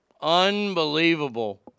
Unbelievable